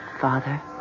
father